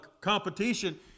competition